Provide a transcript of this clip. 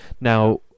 now